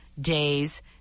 days